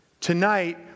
Tonight